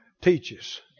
teaches